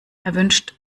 erwünscht